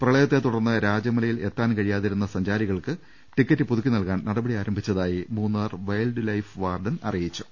പ്രളയത്തെ തുടർന്ന് രാജമലയിലെത്താൻ കഴി യാതിരുന്ന സഞ്ചാരികൾക്ക് ട്ടിക്കറ്റ് പുതുക്കി നൽകാൻ നടപടി ആരംഭിച്ചതായി മൂന്നാർ വൈൽഡ് ്ലൈഫ് വാർഡൻ അറിയിച്ചു